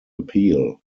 appeal